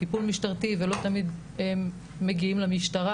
טיפול משטרתי ולא תמיד מגיעים למשטרה.